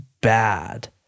bad